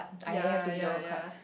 yea yea yea